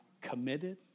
committed